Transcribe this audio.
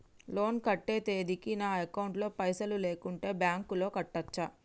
Loan కట్టే తేదీకి నా అకౌంట్ లో పైసలు లేకుంటే బ్యాంకులో కట్టచ్చా?